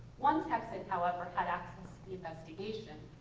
one texan, however, had access to the investigation.